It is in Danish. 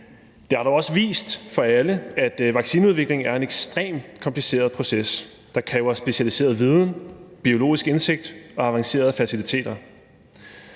Det har dog også vist for alle, at vaccineudvikling er en ekstremt kompliceret proces, der kræver specialiseret viden, biologisk indsigt og avancerede faciliteter.